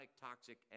toxic